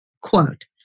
Quote